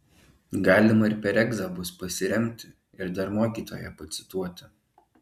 galima ir per egzą bus pasiremti ir dar mokytoją pacituoti